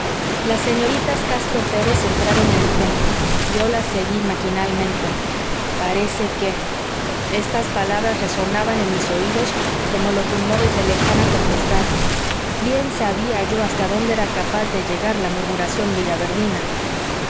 las señoritas castro pérez entraron en el templo yo las seguí maquinalmente parece que estas palabras resonaban en mis oídos como los rumores de lejana tempestad bien sabía yo hasta dónde era capaz de llegar la murmuración